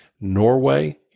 Norway